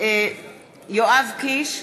בהצבעה יואב קיש,